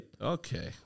Okay